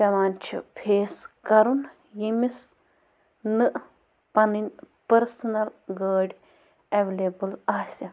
پٮ۪وان چھِ فیس کَرُن ییٚمِس نہٕ پَنٕنۍ پٔرسٕنَل گٲڑۍ اٮ۪وٮ۪لیبٕل آسہِ